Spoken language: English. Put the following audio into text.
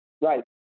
right